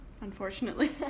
unfortunately